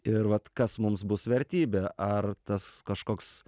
ir vat kas mums bus vertybė ar tas kažkoks